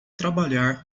trabalhar